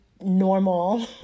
normal